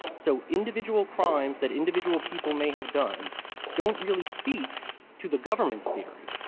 so individual crimes that individual people may have done don't really speak to the government's theory.